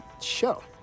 Show